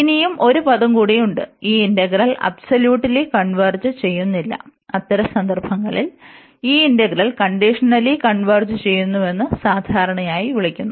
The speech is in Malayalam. ഇനിയും ഒരു പദം കൂടി ഉണ്ട് ഈ ഇന്റഗ്രൽ അബ്സോലൂട്ട്ലി കൺവെർജ് ചെയ്യുന്നില്ല അത്തരം സന്ദർഭങ്ങളിൽ ഈ ഇന്റഗ്രൽ കണ്ടിഷണലി കൺവെർജ് ചെയ്യുന്നുവെന്ന് സാധാരണയായി വിളിക്കുന്നു